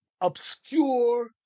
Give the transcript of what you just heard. obscure